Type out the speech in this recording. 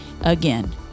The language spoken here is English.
again